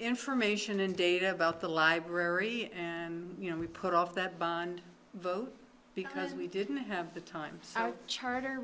information and data about the library and you know we put off that bond vote because we didn't have the time our charter